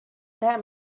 that